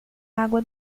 água